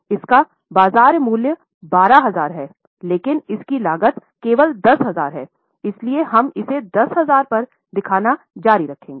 इसका बाजार मूल्य 12 है लेकिन इसकी लागत केवल 10 है इसलिए हम इसे 10 पर दिखाना जारी रखेंगे